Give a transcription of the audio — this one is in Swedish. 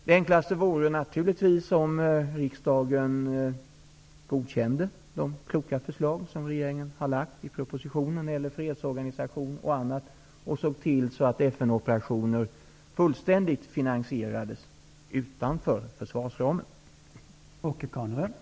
Det enklaste vore naturligtvis om riksdagen biföll regeringens kloka förslag i propositionen när det gäller fredsorganisation och annat och därigenom såg till FN-operationer helt finansierades utanför ramen för försvarsbudgeten.